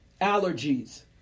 allergies